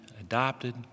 adopted